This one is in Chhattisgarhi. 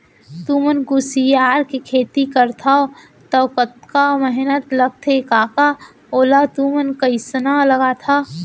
तुमन कुसियार के खेती करथा तौ कतका मेहनत लगथे कका ओला तुमन कइसना लगाथा